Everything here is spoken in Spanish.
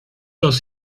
dos